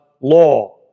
law